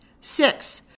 Six